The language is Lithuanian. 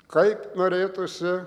kaip norėtųsi